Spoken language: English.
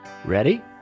Ready